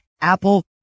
Apple